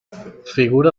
figura